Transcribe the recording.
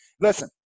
listen